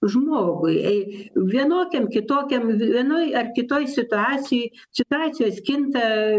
žmogui ei vienokiam kitokiam vienoj ar kitoj situacijoj situacijos kinta